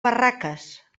barraques